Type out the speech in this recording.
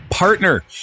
Partner